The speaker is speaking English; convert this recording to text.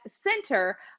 Center